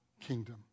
kingdom